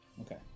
okay